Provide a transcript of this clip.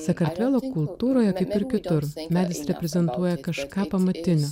sakartvelo kultūroje kaip ir kitur medis reprezentuoja kažką pamatinio